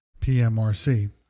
PMRC